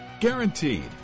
Guaranteed